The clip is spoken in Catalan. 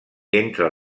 entre